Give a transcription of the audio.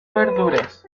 verduras